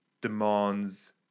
demands